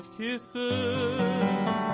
kisses